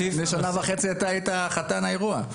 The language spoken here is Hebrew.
לפני שנה וחצי היית חתן האירוע.